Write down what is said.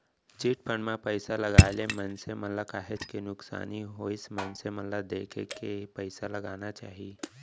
chit fund म पइसा लगाए ले मनसे मन ल काहेच के नुकसानी होइस मनसे मन ल देखे के पइसा लगाना चाही